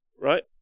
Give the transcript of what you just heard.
right